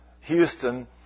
Houston